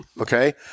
okay